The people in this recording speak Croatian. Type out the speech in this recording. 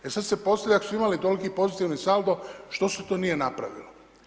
E sad se postavlja, ako su imali toliki pozitivni saldo, što se to nije napravilo?